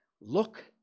Look